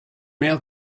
mail